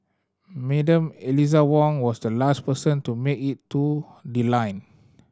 Madam Eliza Wong was the last person to make it to the line